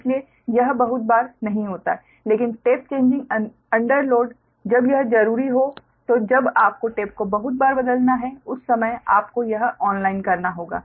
इसलिए यह बहुत बार नहीं होता है लेकिन टेप चेंजिंग अंडर लोड जब यह जरूरी हो तो जब आपको टेप को बहुत बार बदलना हैं उस समय आपको यह ऑन लाइन पर करना होगा